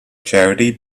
charity